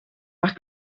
haar